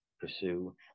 pursue